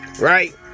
right